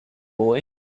boy